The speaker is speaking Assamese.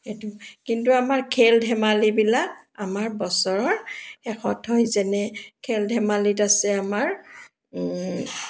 এইটো কিন্তু আমাৰ খেল ধেমালিবিলাক আমাৰ বছৰৰ শেষত হৈ যেনে খেল ধেমালিত আছে আমাৰ